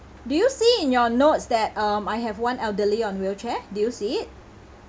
do you see in your notes that um I have one elderly on wheelchair do you see it